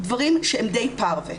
דברים שהם די פרווה.